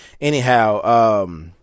Anyhow